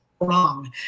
wrong